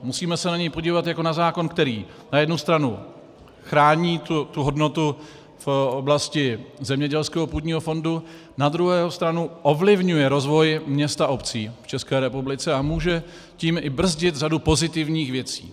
Musíme se na něj podívat jako na zákon, který na jednu stranu chrání tu hodnotu v oblasti zemědělského půdního fondu, na druhou stranu ovlivňuje rozvoj měst a obcí v České republice a může tím i brzdit řadu pozitivních věcí.